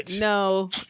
No